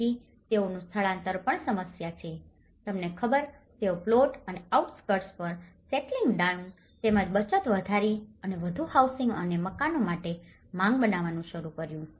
તેથી તેઓનુ સ્થળાંતર પણ સમસ્યા છે તમને ખબર તેઓ પ્લોટ અને આઉટસ્કર્ટ્સ પર સેત્લીંગ ડાઉન તેમની બચત વધારીને અને વધુ હાઉસિંગ અને મકાનો માટે માંગ બનાવવાનુ શરૂ કર્યું